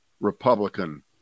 Republican